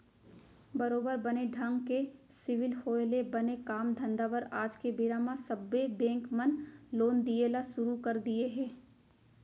बरोबर बने ढंग के सिविल होय ले बने काम धंधा बर आज के बेरा म सब्बो बेंक मन लोन दिये ल सुरू कर दिये हें